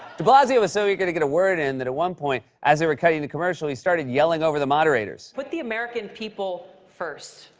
de blasio was so eager to get a word in that, at one point, as they were cutting to commercial, he started yelling over the moderators. put the american people first.